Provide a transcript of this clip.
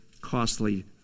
costly